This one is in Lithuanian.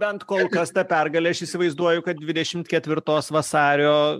bent kol kas ta pergalė aš įsivaizduoju kad dvidešimt ketvirtos vasario